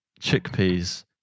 chickpeas